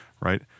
right